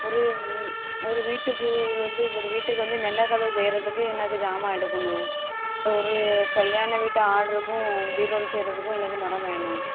ஒரு ஒரு வீட்டுக்கு வந்து ஒரு வீட்டுக்கு வந்து நிலக்கதவு செய்யறதுக்கு எனக்கு சாமான் எடுக்கணும் இல்லை ஒரு கல்யாண வீட்டு ஆர்ட்ருக்கும் பீரோல் செய்யறதுக்கும் எனக்கு மரம் வேணும்